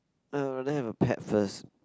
I'll rather have a pet first